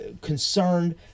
concerned